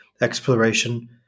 exploration